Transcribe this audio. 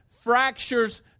fractures